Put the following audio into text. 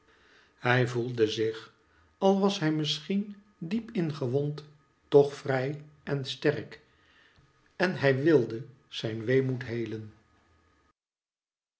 hij voelde zich al was hij misschien diep in gewond toch vrij en sterk en hij wilde zijn weemoed heelen